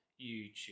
YouTube